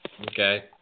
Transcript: Okay